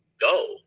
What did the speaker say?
go